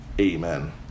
Amen